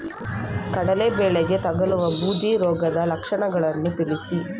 ಕಡಲೆ ಬೆಳೆಗೆ ತಗಲುವ ಬೂದಿ ರೋಗದ ಲಕ್ಷಣಗಳನ್ನು ತಿಳಿಸಿ?